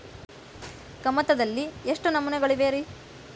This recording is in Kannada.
ಕಮತದಲ್ಲಿ ಎಷ್ಟು ನಮೂನೆಗಳಿವೆ ರಿ?